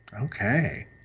Okay